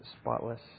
spotless